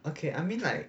okay I mean like